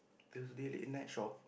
Thursday late night shop